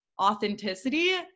authenticity